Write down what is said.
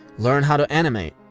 learn how to animate.